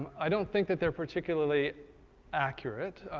i don't think that they're particularly accurate,